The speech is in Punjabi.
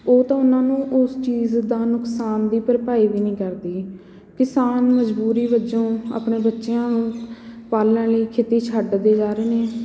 ਉਹ ਤਾਂ ਉਨ੍ਹਾਂ ਨੂੰ ਉਸ ਚੀਜ਼ ਦਾ ਨੁਕਸਾਨ ਦੀ ਭਰਪਾਈ ਵੀ ਨਹੀਂ ਕਰਦੀ ਕਿਸਾਨ ਮਜ਼ਬੂਰੀ ਵਜੋਂ ਆਪਣੇ ਬੱਚਿਆਂ ਨੂੰ ਪਾਲਣ ਲਈ ਖੇਤੀ ਛੱਡਦੇ ਜਾ ਰਹੇ ਨੇ